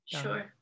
Sure